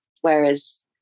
whereas